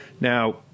Now